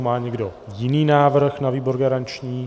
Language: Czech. Má někdo jiný návrh na výbor garanční?